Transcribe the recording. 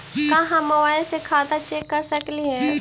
का हम मोबाईल से खाता चेक कर सकली हे?